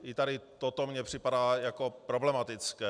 I tady toto mně připadá jako problematické.